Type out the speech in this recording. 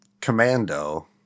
Commando